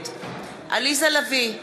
נגד עליזה לביא,